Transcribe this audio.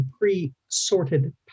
pre-sorted